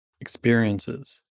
experiences